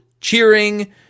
cheering